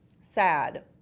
sad